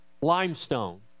limestone